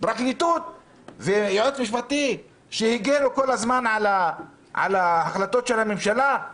פרקליטות ויועץ משפטי שהגנו כל הזמן על החלטות הממשלה.